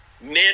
men